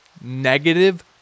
negative